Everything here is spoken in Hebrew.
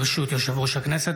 ברשות יושב-ראש הכנסת,